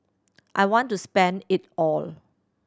I want to spend it all